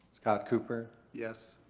scott cooper. yes.